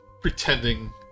pretending